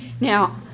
Now